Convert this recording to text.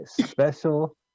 special